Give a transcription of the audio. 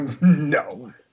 No